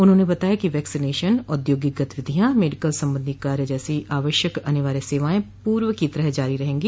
उन्होंने बताया कि वैक्सीनेशन औद्योगिक गतिविधियां मेडिकल संबंधी कार्य जैसी आवश्यक अनिवार्य सेवाएं पूर्व की तरह जारी रहेंगी